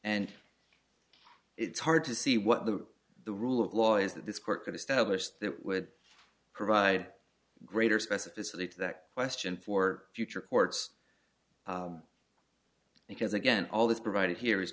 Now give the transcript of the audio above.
and it's hard to see what the the rule of law is that this court could establish that would provide greater specificity to that question for future courts because again all that's provided here is